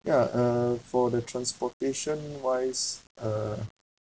ya uh for the transport wise uh